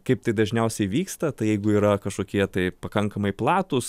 kaip tai dažniausiai vyksta tai jeigu yra kažkokie tai pakankamai platūs